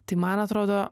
tai man atrodo